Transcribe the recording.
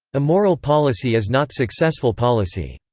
immoral policy is not successful policy.